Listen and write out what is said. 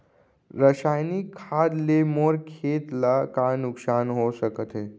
रसायनिक खाद ले मोर खेत ला का नुकसान हो सकत हे?